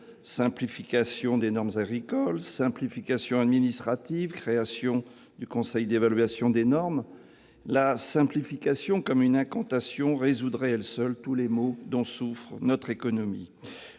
simplification des normes agricoles, simplification administrative, création du Conseil d'évaluation des normes -, la simplification comme une incantation résoudrait à elle seule tous les maux dont souffre notre économie.